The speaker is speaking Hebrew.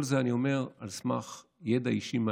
אבל את כל זה אני אומר על סמך ידע אישי מהעיתון.